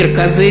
מרכזי